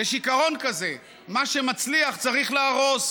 יש עיקרון כזה: מה שמצליח צריך להרוס.